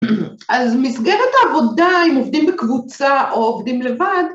אז מסגרת העבודה אם עובדים בקבוצה או עובדים לבד